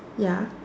ya